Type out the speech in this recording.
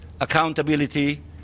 accountability